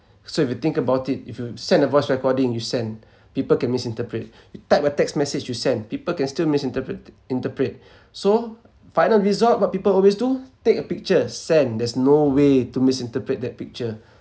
so if you think about it if you send a voice recording you send people can misinterpret you type a text message you send people can still misinterpret interpret so final resort what people always do take a picture send there's no way to misinterpret that picture